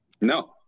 No